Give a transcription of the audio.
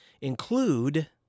include